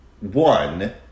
one